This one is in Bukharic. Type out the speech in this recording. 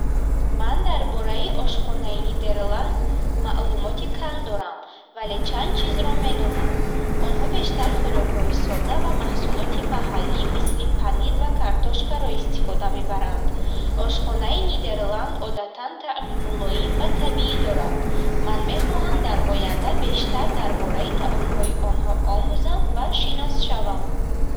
Ман дар бораи ошхонаи Нидерланд маълумоти кам дорам, вале чанд чизро медонам. Онҳо бештар хӯрокҳои сода ва маҳсулоти маҳаллӣ, мисли панир ва картошкаро истифода мебаранд. Ошхонаи Нидерланд одатан таъми мулоим ва табиӣ дорад. Ман мехоҳам дар оянда бештар дар бораи таъомҳои онҳо омӯзам ва шинос шавам.